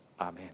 Amen